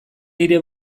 nire